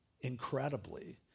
incredibly